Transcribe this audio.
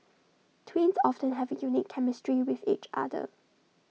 twins often have A unique chemistry with each other